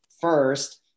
first